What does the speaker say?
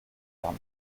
darm